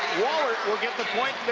wahlert will get the point,